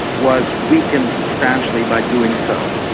was weakened substantially by doing so.